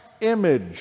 image